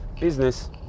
business